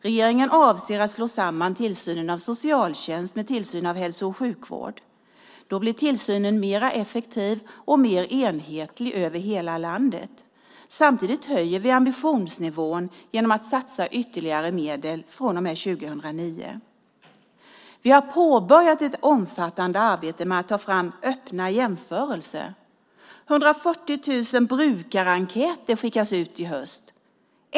Regeringen avser att slå samman tillsyn av socialtjänst med tillsyn av hälso och sjukvård. Då blir tillsynen mer effektiv och mer enhetlig över hela landet. Samtidigt höjer vi ambitionsnivån genom att satsa ytterligare medel från och med 2009. För det andra har vi påbörjat ett omfattande arbete med att ta fram öppna jämförelser. 140 000 brukarenkäter skickas ut i höst.